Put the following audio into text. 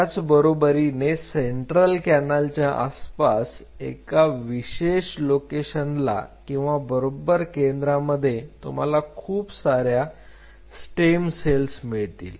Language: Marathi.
त्याचबरोबरीने सेंट्रल कॅनल च्या आसपास एका विशेष लोकेशनला किंवा बरोबर केंद्रांमध्ये तुम्हाला खूप साऱ्या स्टेम सेल्स मिळतील